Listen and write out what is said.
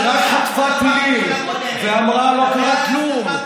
שרק חטפה טילים ואמרה: לא קרה כלום,